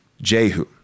Jehu